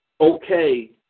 okay